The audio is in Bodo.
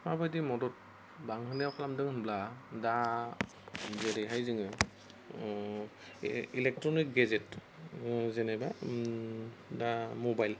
माबायदि मदद बांहोनायाव खालामदों होनोब्ला दा जेरैहाय जोङो बे इलेक्ट्र'निक गेजेट जेनेबा दा मबाइल